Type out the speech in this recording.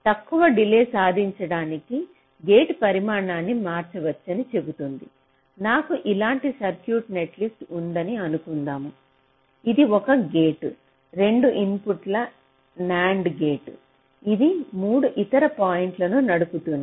తక్కువ డిలే సాధించడానికి గేట్ పరిమాణాన్ని మార్చవచ్చని చెబుతుంది నాకు ఇలాంటి సర్క్యూట్ నెట్లిస్ట్ ఉందని అనుకుందాం ఇది ఒక గేట్ 2 ఇన్పుట్ NAND గేట్ ఇది 3 ఇతర పాయింట్లను నడుపుతుంది